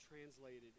translated